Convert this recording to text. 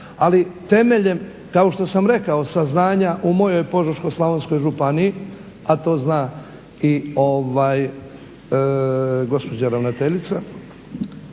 ali temeljem, kao što sam rekao, saznanja. U mojoj Požeško-slavonskoj županiji, a to zna i gospođa ravnateljica,